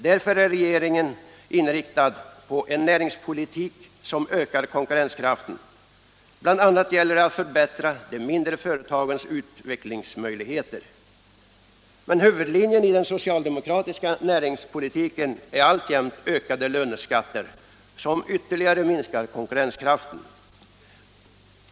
Därför är regeringen inriktad på en näringspolitik som ökar konkurrenskraften. Bl. a. gäller det att förbättra de mindre företagens utvecklingsmöjligheter. Men huvudlinjen i den socialdemokratiska näringspolitiken är alltjämt ökade löneskatter, som ytterligare minskar konkurrenskraften.